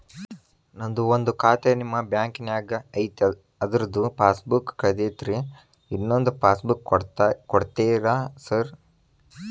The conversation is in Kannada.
ನಂದು ಒಂದು ಖಾತೆ ನಿಮ್ಮ ಬ್ಯಾಂಕಿನಾಗ್ ಐತಿ ಅದ್ರದು ಪಾಸ್ ಬುಕ್ ಕಳೆದೈತ್ರಿ ಇನ್ನೊಂದ್ ಪಾಸ್ ಬುಕ್ ಕೂಡ್ತೇರಾ ಸರ್?